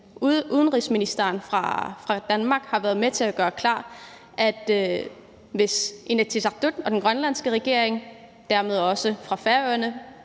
udenrigsministeren fra Danmark har været med til at gøre klart, at hvis Inatsisartut og den grønlandske regering – dermed også Færøerne